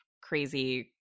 crazy